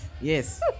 yes